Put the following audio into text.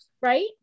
right